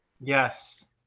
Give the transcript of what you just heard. Yes